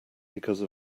because